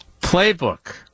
playbook